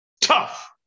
Tough